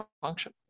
function